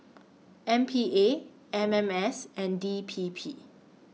M P A M M S and D P P